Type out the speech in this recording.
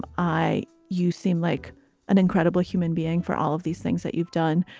i. you seem like an incredible human being for all of these things that you've done.